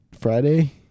Friday